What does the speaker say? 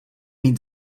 mít